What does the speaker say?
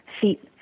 feet